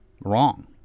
wrong